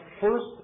first